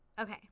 Okay